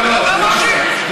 לעשירים, נכון?